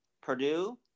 purdue